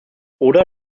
oder